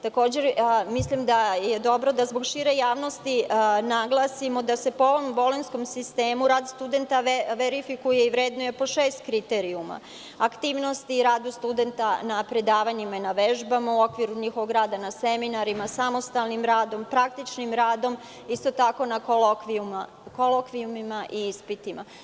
Takođe mislim da je dobro da zbog šire javnosti naglasimo da se po ovom Bolonjskom sistemu rad studenta verifikuje i vrednuje po šest kriterijuma, aktivnosti i radu studenta na vežbama i predavanjima, u okviru rada na seminarima, samostalnim radom, praktičnim radom, kolokvijumima i ispitima.